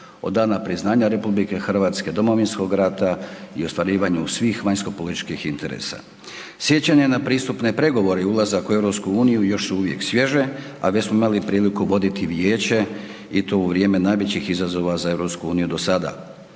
od dana priznanja RH, Domovinskog rata i ostvarivanju svih vanjskopolitičkih interesa. Sjećanje na pristupne pregovore i ulazak u EU još su uvijek svježe, a već smo imali priliku voditi vijeće i to u vrijeme najvećih izazova za EU dosada.